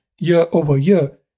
year-over-year